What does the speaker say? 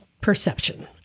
perception